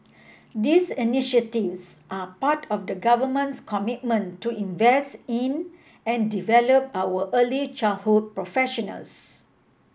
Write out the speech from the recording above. these initiatives are part of the Government's commitment to invest in and develop our early childhood professionals